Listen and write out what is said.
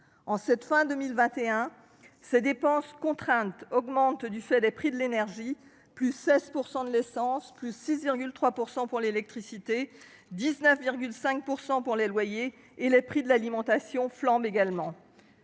En cette fin 2021, ces dépenses contraintes augmentent avec les prix de l'énergie : hausse de 16 % pour l'essence, de 6,3 % pour l'électricité, de 19,5 % pour les loyers. Les prix de l'alimentation flambent également.